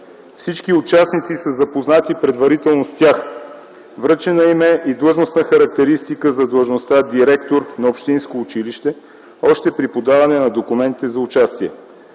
Всички участници са запознати предварително с тях. Връчена им е и длъжностна характеристика за длъжността „директор на общинско училище” още при подаване на документите за участие.